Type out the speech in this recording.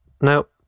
Nope